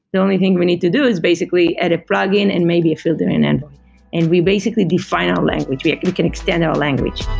the only thing we need to do is basically add a plugin and maybe a filter in envoy and we basically define our language. we we extend our language.